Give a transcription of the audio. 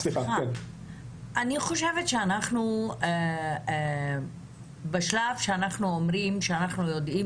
אני חושבת שאנחנו בשלב שבו אנחנו יודעים